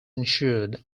ensued